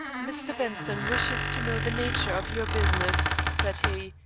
mr. benson wishes to know the nature of your business, said he,